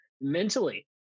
mentally